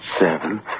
seven